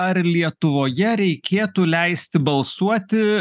ar lietuvoje reikėtų leisti balsuoti